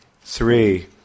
Three